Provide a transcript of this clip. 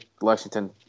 Lexington